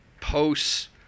posts